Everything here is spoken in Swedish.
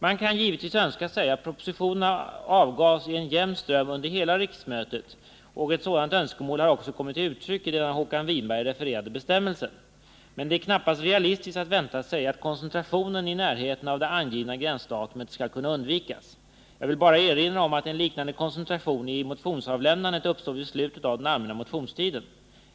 Man kan givetvis önska sig att propositionerna skulle avges i en jämn ström under hela riksmötet; ett sådant önskemål har också kommit till uttryck i den av Håkan Winberg refererade bestämmelsen. Men det är knappast realistiskt att vänta sig att koncentrationen i närheten av det angivna gränsdatumet skall kunna undvikas. Jag vill bara erinra om att en liknande koncentration i motionsavlämnandet uppstår vid slutet av den allmänna motionstiden.